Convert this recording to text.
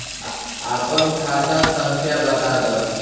आपन खाता संख्या बताद